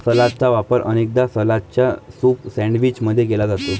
सलादचा वापर अनेकदा सलादच्या सूप सैंडविच मध्ये केला जाते